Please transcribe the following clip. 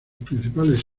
principales